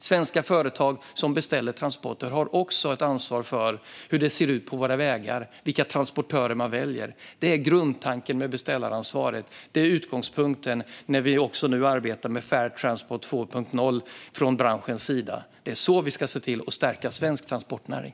Svenska företag som beställer transporter har också ett ansvar för hur det ser ut på våra vägar och vilka transportörer man väljer. Det är grundtanken med beställaransvaret. Det är utgångspunkten när vi nu arbetar med Fair Transport 2.0 från branschens sida. Det är så vi ska se till att stärka svensk transportnäring.